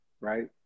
right